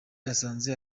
yasanze